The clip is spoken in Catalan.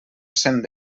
cent